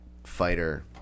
fighter